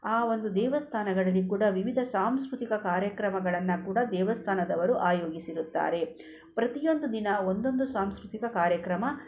ಆ ಒಂದು ದೇವಸ್ಥಾನಗಳಲ್ಲಿ ಕೂಡ ವಿವಿಧ ಸಾಂಸ್ಕೃತಿಕ ಕಾರ್ಯಕ್ರಮಗಳನ್ನು ಕೂಡ ದೇವಸ್ಥಾನದವರು ಆಯೋಜಿಸಿರುತ್ತಾರೆ ಪ್ರತಿಯೊಂದು ದಿನ ಒಂದೊಂದು ಸಾಂಸ್ಕೃತಿಕ ಕಾರ್ಯಕ್ರಮ